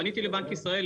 פניתי לבנק ישראל,